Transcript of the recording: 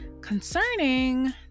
concerning